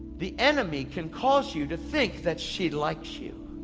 the enemy can cause you to think that she likes you.